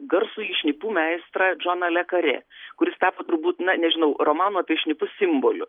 garsųjį šnipų meistrą džoną le karė kuris tapo turbūt na nežinau romano apie šnipus simboliu